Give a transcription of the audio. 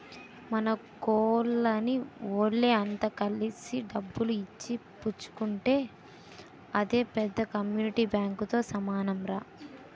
మన కోలనీ వోళ్ళె అంత కలిసి డబ్బులు ఇచ్చి పుచ్చుకుంటే అదే పెద్ద కమ్యూనిటీ బాంకుతో సమానంరా